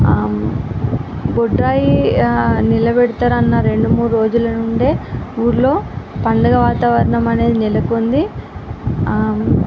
బొడ్రాయి నిలబెడతారన్న రెండు మూడు రోజుల నుండే ఊళ్ళో పండగ వాతావరణం అనేది నెలకొంది